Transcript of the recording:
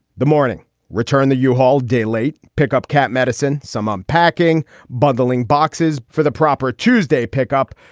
the morning return the yeah u-haul day late pickup camp, medicine, some unpacking, bundling boxes for the proper tuesday pickup.